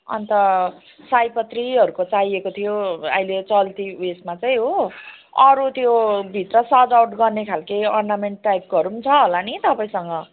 अनि त सयपत्रीहरूको चाहिएको थियो अहिले चल्ती ऊ यसमा चाहिँ हो अरू त्यो भित्र सजावट गर्ने खालके अर्नामेन्ट टाइपकोहरू पनि छ होला नि तपाईँसँग